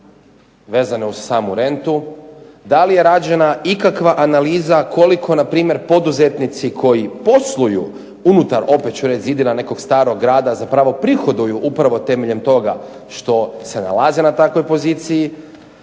vezane uz samu rentu. Da li je rađena ikakva analiza koliko na primjer poduzetnici koji posluju unutar opet ću reći zidina nekog starog grada zapravo prihoduju upravo temeljem toga što se nalaze na takvoj poziciji.